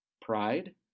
Pride